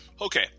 Okay